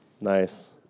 Nice